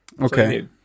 Okay